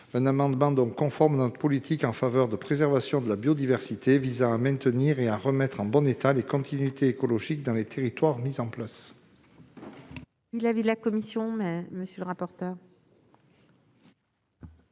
Cet amendement est conforme à notre politique en faveur de la préservation de la biodiversité visant à maintenir et à remettre en bon état les continuités écologiques. Quel est l'avis de la